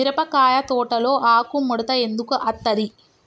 మిరపకాయ తోటలో ఆకు ముడత ఎందుకు అత్తది?